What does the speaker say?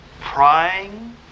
Prying